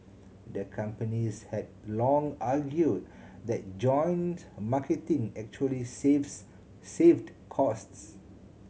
the companies had long argued that joint marketing actually saved costs